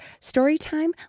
Storytime